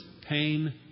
pain